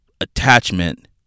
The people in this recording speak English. attachment